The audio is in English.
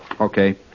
Okay